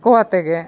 ᱠᱚ ᱟᱛᱮᱫ ᱜᱮ